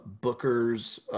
Booker's